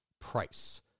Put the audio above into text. Price